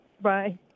Bye